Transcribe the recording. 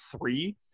three